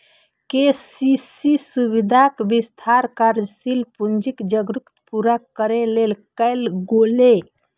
KCC सुविधाक विस्तार कार्यशील पूंजीक जरूरत पूरा करै लेल कैल गेलै